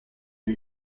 new